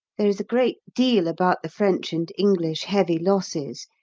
there is a great deal about the french and english heavy losses,